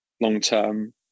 long-term